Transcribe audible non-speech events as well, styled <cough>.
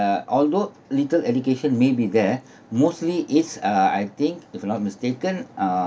uh although little education may be there <breath> mostly it's uh I think if not mistaken uh